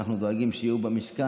אנחנו דואגים שיהיו במשכן,